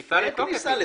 הכוונה לפני כניסה לתוקף.